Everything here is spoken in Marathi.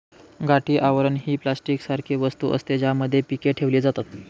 गाठी आवरण ही प्लास्टिक सारखी वस्तू असते, ज्यामध्ये पीके ठेवली जातात